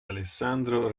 alessandro